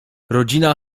rodzina